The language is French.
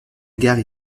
gare